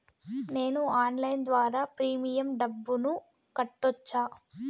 నేను ఆన్లైన్ ద్వారా ప్రీమియం డబ్బును కట్టొచ్చా?